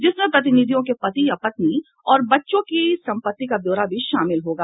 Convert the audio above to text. जिसमें प्रतिनिधियों के पति या पत्नी और बच्चों की सम्पत्ति का ब्योरा भी शामिल होगा